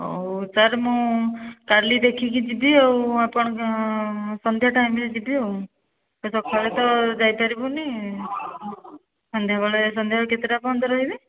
ହେଉ ତାହାଲେ ମୁଁ କାଲି ଦେଖିକି ଯିବି ଆଉ ଆପଣ ସନ୍ଧ୍ୟା ଟାଇମ୍ରେ ଯିବି ଆଉ ସେ ତ ଖରାରେ ତ ଯାଇପାରିବୁନି ସନ୍ଧ୍ୟା ସନ୍ଧ୍ୟାରେ କେତେଟା ପର୍ଯ୍ୟନ୍ତ ରହିବେ